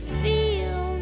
feel